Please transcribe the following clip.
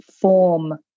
form